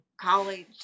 college